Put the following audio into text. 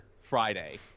Friday